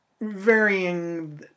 varying